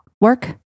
work